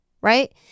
right